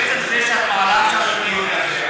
עצם זה שאת מעלה עכשיו את הנימוק הזה,